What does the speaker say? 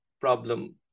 problem